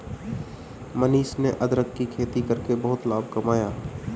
मनीष ने अदरक की खेती करके बहुत लाभ कमाया